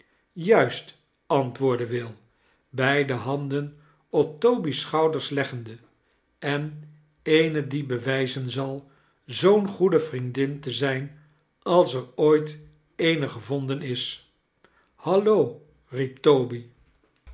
juist antwoordde will beide handen op toby's schouders leggende en eene die bewijzen zal zoo'n goede vriendin te zijn als er ooit eene gevonden is hallo